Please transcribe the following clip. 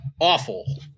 Awful